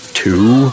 two